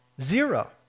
Zero